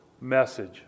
message